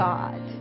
God